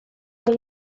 boy